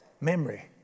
Memory